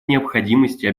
необходимости